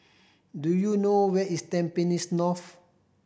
do you know where is Tampines North